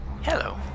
Hello